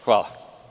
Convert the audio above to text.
Hvala.